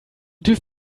tüv